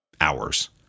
hours